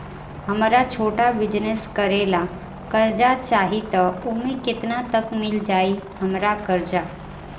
हमरा छोटा बिजनेस करे ला कर्जा चाहि त ओमे केतना तक मिल जायी हमरा कर्जा?